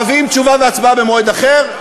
מביאים תשובה והצבעה במועד אחר,